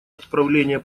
отправление